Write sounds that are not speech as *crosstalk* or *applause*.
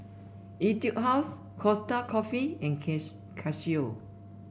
Etude House Costa Coffee and *unintelligible* Casio